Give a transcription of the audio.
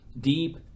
deep